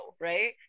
right